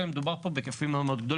מדובר פה בהיקפים מאוד גדולים,